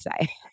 say